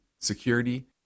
security